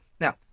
Now